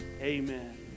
Amen